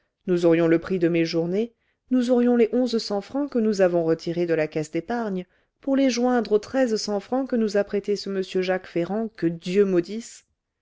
nous aurions le prix de mes journées nous aurions les onze cents francs que nous avons retirés de la caisse d'épargne pour les joindre aux treize cents francs que nous a prêtés ce m jacques ferrand que dieu maudisse